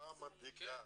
התופעה מדאיגה.